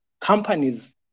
companies